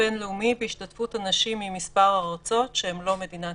בין-לאומי בהשתתפות אנשים ממספר ארצות שהם לא מדינת ישראל.